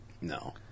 No